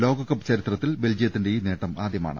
ലോകകപ്പ് ചരിത്ര ത്തിൽ ബെൽജിയത്തിന്റെ ഈ നേട്ടം ആദ്യമാണ്